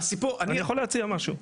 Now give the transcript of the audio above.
אני יכול להציע משהו.